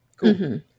Cool